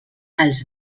els